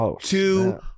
two